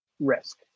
risk